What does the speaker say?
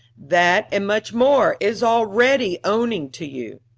that, and much more, is already owning to you.